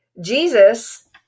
Jesus